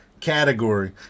category